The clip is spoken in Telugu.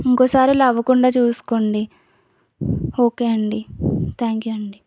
ఇంకోసారి ఇలా అవ్వకుండా చూసుకోండి ఓకే అండి థ్యాంక్ యూ అండి